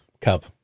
cup